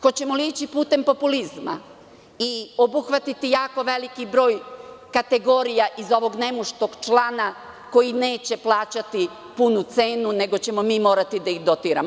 Hoćemo li ići putem populizma i obuhvatiti jako veliki broj kategorija iz ovog nemuštog člana koji neće plaćati punu cenu, nego ćemo mi morati da ih dotiramo?